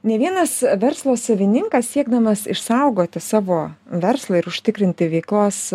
ne vienas verslo savininkas siekdamas išsaugoti savo verslą ir užtikrinti veiklos